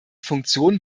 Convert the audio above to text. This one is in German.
funktion